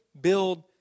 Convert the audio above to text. build